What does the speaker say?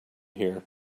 here